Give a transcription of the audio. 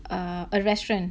uh a restaurant